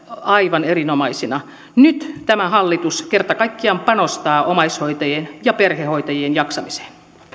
aivan erinomaisina nyt tämä hallitus kerta kaikkiaan panostaa omaishoitajien ja perhehoitajien jaksamiseen